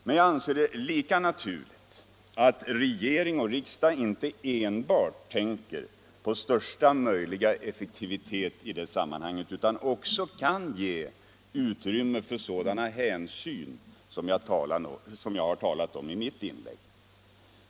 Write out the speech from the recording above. Men jag anser det lika naturligt att regering och riksdag inte enbart tänker på största möjliga effektivitet i det sammanhanget, utan också kan ge utrymme för sådana hänsyn som jag har talat om i mitt inlägg.